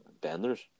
benders